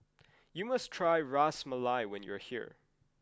you must try Ras Malai when you are here